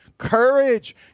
courage